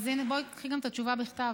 בואי, קחי את התשובה גם בכתב.